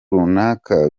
runaka